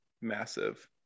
massive